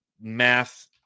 Math